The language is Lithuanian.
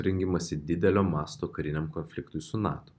rengimąsi didelio masto kariniam konfliktui su nato